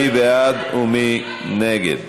מי בעד ומי נגד?